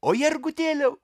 o jergutėliau